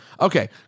Okay